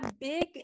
big